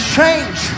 change